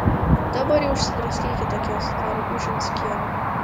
dabar jau išsidraskykit akis tarė ušinskienė